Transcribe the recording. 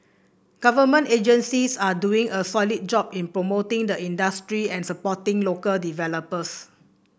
government agencies are doing a solid job in promoting the industry and supporting local developers